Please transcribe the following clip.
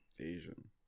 Asian